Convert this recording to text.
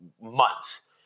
months